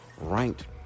ranked